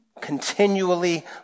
continually